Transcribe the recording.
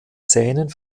zähnen